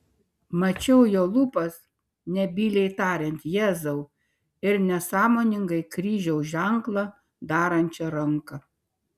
mačiau jo lūpas nebyliai tariant jėzau ir nesąmoningai kryžiaus ženklą darančią ranką